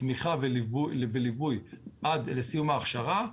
תמיכה וליווי עד לסיום ההכשרה,